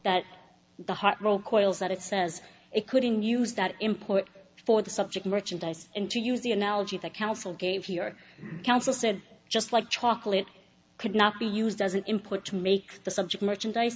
that the hot roll coyle's that it says it couldn't use that import for the subject merchandise into use the analogy that counsel gave you your counsel said just like chocolate could not be used as an input to make the subject merchandise